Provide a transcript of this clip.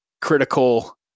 critical